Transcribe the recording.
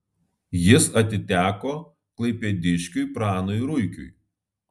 jis atiteko klaipėdiškiui pranui ruikiui